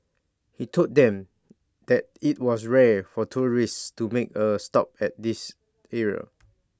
he told them that IT was rare for tourists to make A stop at this area